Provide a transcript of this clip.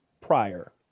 prior